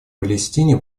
палестине